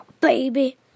baby